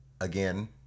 Again